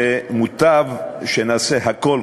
ומוטב שנעשה הכול,